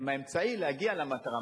הם האמצעי להגיע למטרה.